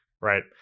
Right